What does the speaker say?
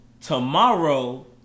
tomorrow